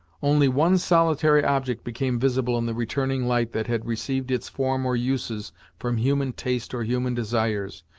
only one solitary object became visible in the returning light that had received its form or uses from human taste or human desires,